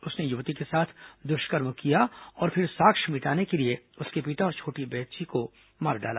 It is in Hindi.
उसने युवती के साथ दुष्कर्म किया और फिर साक्ष्य मिटाने के लिए उसके पिता तथा छोटी बच्ची को मार डाला